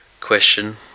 question